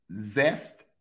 zest